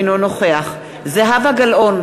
אינו נוכח זהבה גלאון,